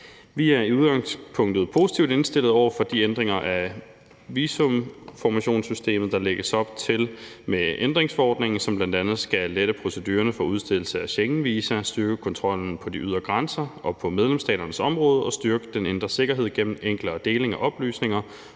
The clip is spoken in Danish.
Vi er i udgangspunktet positivt indstillet over for de ændringer af visuminformationssystemet, der lægges op til med ændringsforordningen, som bl.a. skal lette procedurerne for udstedelse af Schengenvisa, styrke kontrollen på de ydre grænser og på medlemsstaternes område og styrke den indre sikkerhed gennem enklere deling af oplysninger